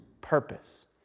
purpose